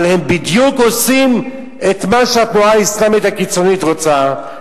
אבל הם בדיוק עושים את מה שהתנועה האסלאמית הקיצונית רוצה,